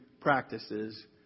practices